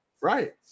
Right